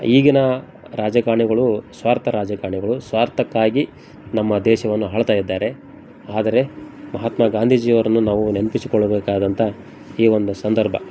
ಈಗಿನ ರಾಜಕಾರಣಿಗಳು ಸ್ವಾರ್ಥ ರಾಜಕಾರಣಿಗಳು ಸ್ವಾರ್ಥಕ್ಕಾಗಿ ನಮ್ಮ ದೇಶವನ್ನು ಆಳ್ತಾ ಇದ್ದಾರೆ ಆದರೆ ಮಹಾತ್ಮ ಗಾಂಧೀಜಿಯವರನ್ನು ನಾವು ನೆನಪಿಸಿಕೊಳ್ಳಬೇಕಾದಂಥ ಈ ಒಂದು ಸಂದರ್ಭ